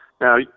Now